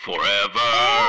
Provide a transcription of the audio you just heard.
Forever